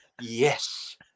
yes